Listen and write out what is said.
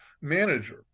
manager